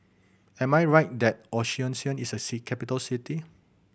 am I right that Asuncion is a capital city